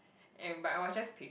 and but I was just